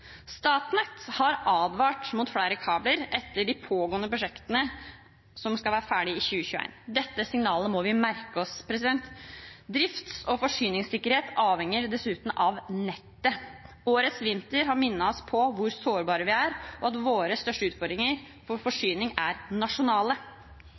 Statnett har advart mot flere kabler etter de pågående prosjektene som skal være ferdig i 2021. Dette signalet må vi merke oss. Drifts- og forsyningssikkerhet avhenger dessuten av nettet. Årets vinter har minnet oss på hvor sårbare vi er, og at våre største utfordringer